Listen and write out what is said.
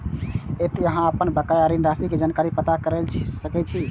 एतय अहां अपन बकाया ऋण राशि के जानकारी पता कैर सकै छी